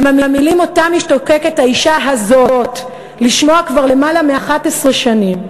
הן המילים שהאישה הזאת משתוקקת לשמוע כבר למעלה מ-11 שנים.